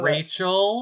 Rachel